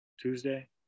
Tuesday